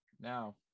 now